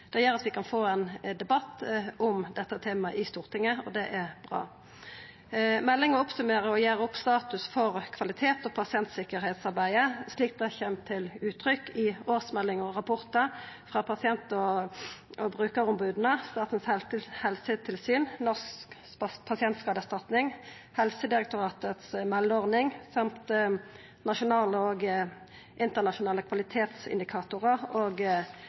Det gjer at vi kan få ein debatt om dette temaet i Stortinget, og det er bra. Meldinga oppsummerer og gjer opp status for kvalitets- og pasientsikkerheitsarbeidet slik det kjem til uttrykk i årsmeldingar og rapportar frå pasient- og brukaromboda, Statens helsetilsyn, Norsk pasientskadeerstatning, Helsedirektoratets meldeordning og nasjonale og internasjonale kvalitetsindikatorar og